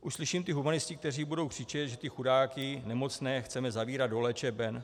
Už slyším ty humanisty, kteří budou křičet, že ty chudáky nemocné chceme zavírat do léčeben.